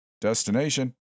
Destination